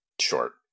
Short